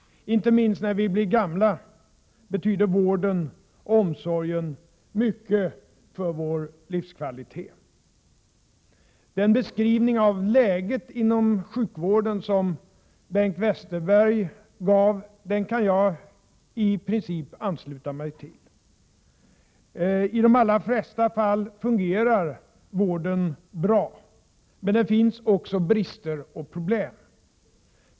Inte minst när vi blir gamla betyder vården och omsorgen mycket för vår livskvalitet. Den beskrivning av läget inom sjukvården som Bengt Westerberg gav kan jagi princip ansluta mig till. I de allra flesta fall fungerar vården bra. Men det finns också brister och problem.